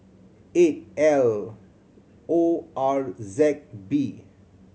eight L O R Z B